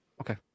Okay